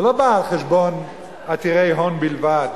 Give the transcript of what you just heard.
זה לא בא על חשבון עתירי הון בלבד,